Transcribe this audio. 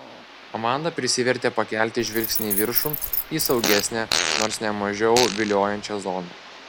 amanda prisivertė pakelti žvilgsnį į viršų į saugesnę nors ne mažiau viliojančią zoną